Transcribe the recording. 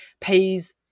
pays